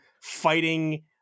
fighting